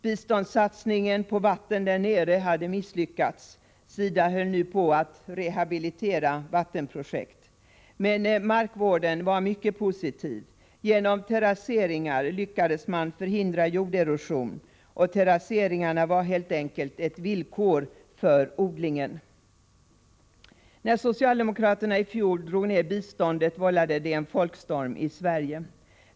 Biståndssatsningen på vatten där nere har misslyckats. SIDA höll nu på att rehabilitera vattenprojekt. Men markvården var mycket positiv. Genom terrasseringar lyckades man hindra jorderosion. Terrasseringarna var helt enkelt ett villkor för odlingen. När socialdemokraterna i fjol drog ned biståndet, vållade det en folkstorm i Sverige.